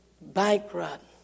bankrupt